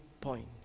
point